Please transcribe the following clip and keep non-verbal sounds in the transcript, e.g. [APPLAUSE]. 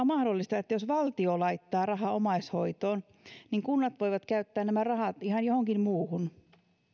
[UNINTELLIGIBLE] mahdollista että jos valtio laittaa rahaa omaishoitoon niin kunnat voivat käyttää nämä rahat ihan johonkin muuhun